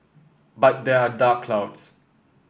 but there are dark clouds